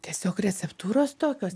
tiesiog receptūros tokios